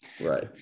Right